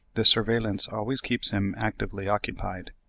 this surveillance always keeps him actively occupied.